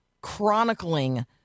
chronicling